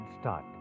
start